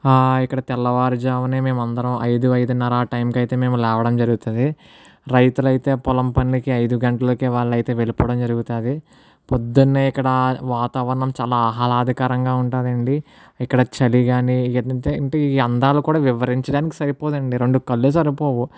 ఇక్కడ తెల్లవారు జామునే మేము అందరము అయిదు అయిదున్నర ఆ టైం కి అయితే మేము లేవడం జరుగుతుంది రైతులు అయితే పొలం పనులకి అయిదు గంటలకే వాళ్ళైతే వెళ్లిపోవడం జరుగుతుంది పొద్దునే ఇక్కడ వాతావరణం చాలా ఆహ్లాదకరంగా ఉంటుంది అండి ఇక్కడ చలి కానీ అంటే అందాలు కూడా వివరించడానికి సరిపోదండి రెండు కళ్ళు సరిపోవు